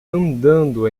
andando